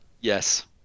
yes